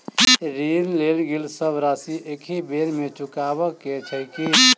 ऋण लेल गेल सब राशि एकहि बेर मे चुकाबऽ केँ छै की?